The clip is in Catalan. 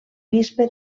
bisbe